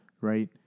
Right